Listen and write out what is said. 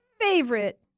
favorite